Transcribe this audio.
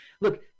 Look